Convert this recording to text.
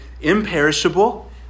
imperishable